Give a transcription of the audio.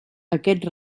aquests